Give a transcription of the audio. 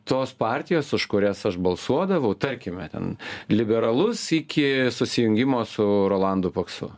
tos partijos už kurias aš balsuodavau tarkime ten liberalus iki susijungimo su rolandu paksu